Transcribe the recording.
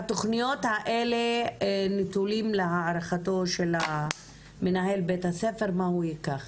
התכניות האלה נתונות להערכתו של מנהל בית הספר מה הוא ייקח,